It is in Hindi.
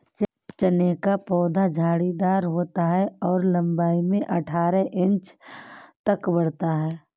चने का पौधा झाड़ीदार होता है और लंबाई में अठारह इंच तक बढ़ता है